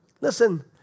Listen